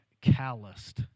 calloused